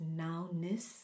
nowness